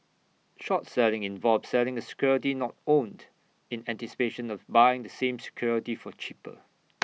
short selling involves selling A security not owned in anticipation of buying the same security for cheaper